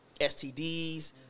STDs